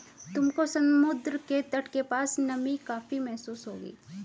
तुमको समुद्र के तट के पास नमी काफी महसूस होगी